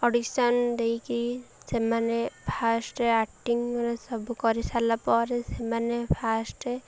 audition ଦେଇକି ସେମାନେ first acting ମାନେ ସବୁ କରିସାରିଲା ପରେ ସେମାନେ ଫାଷ୍ଟ୍